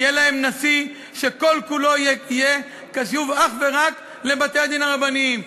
יהיה להם נשיא שכל כולו יהיה קשוב אך ורק לבתי-הדין הרבניים.